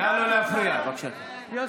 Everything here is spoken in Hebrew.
יותר נוח ועדת